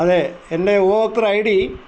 അതെ എൻ്റെ ഉപഭോക്തൃ ഐ ഡി